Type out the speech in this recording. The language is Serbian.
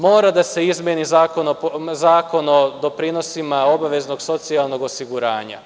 Mora da se izmeni Zakon o doprinosima obaveznom socijalnog osiguranja.